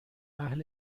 اهل